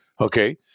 okay